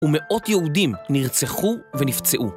ומאות יהודים נרצחו ונפצעו